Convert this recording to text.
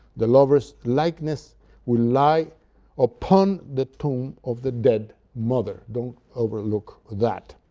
the lover's likeness will lie upon the tomb of the dead mother, don't overlook that.